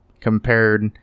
compared